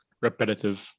repetitive